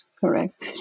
Correct